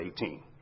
18